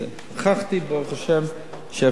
הוכחתי, ברוך השם, שאפשר.